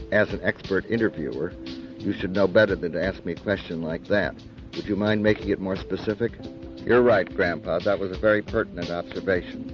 as an expert interviewer you should know better than to ask me a question like that. would you mind making it more specific? q you're right, grandpa, that was a very pertinent observation.